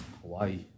Hawaii